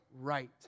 right